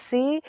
See